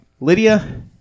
Lydia